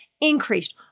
increased